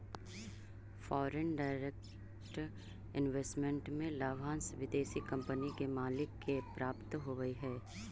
foreign direct investment में लाभांश विदेशी कंपनी के मालिक के प्राप्त होवऽ हई